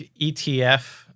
ETF